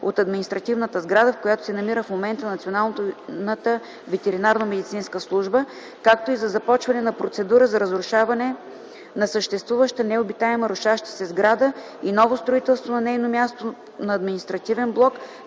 от административната сграда, в която се намира в момента Националната ветеринарномедицинска служба, както и за започване на процедура за разрушаване на съществуваща необитаема рушаща се сграда и ново строителство на нейно място на административен блок,